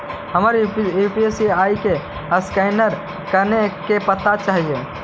हमर यु.पी.आई के असकैनर कने से पता चलतै?